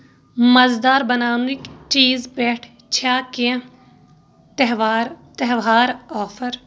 مزٕدار بناونٕکؠ چیٖز پٮ۪ٹھ چھا کینٛہہ تہٚوہار تہٚوہار آفر ؟